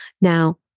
Now